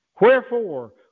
Wherefore